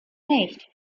nicht